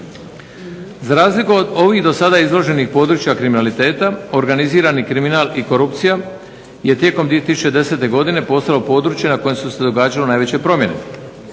Za razliku od ovih do sada izloženih područja kriminaliteta organizirani kriminal i korupcija je tijekom 2010. godine postalo područje na kojem su se događale najveće promjene.